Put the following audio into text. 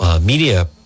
media